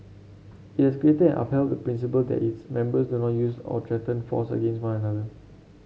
it has created upheld the principle that its members do not use or threaten force against one another